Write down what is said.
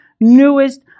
newest